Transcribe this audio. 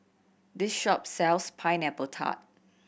this shop sells Pineapple Tart